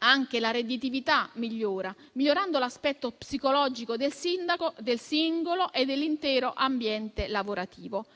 anche la redditività migliora, migliorando l'aspetto psicologico del singolo e dell'intero ambiente lavorativo.